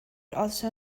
also